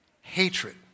hatred